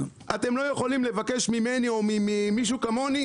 אתם לא יכולים לבקש ממני או ממישהו כמוני,